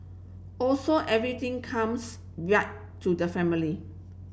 also everything comes to the family